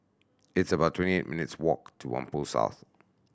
it's about twenty eight minutes' walk to Whampoa South